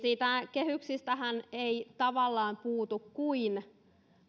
kehyksistähän ei tavallaan puutu kuin